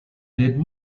did